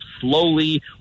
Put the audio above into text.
slowly